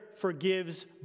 forgives